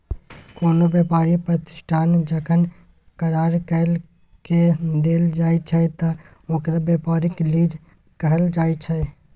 कोनो व्यापारी प्रतिष्ठान जखन करार कइर के देल जाइ छइ त ओकरा व्यापारिक लीज कहल जाइ छइ